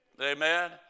amen